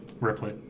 Ripley